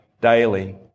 daily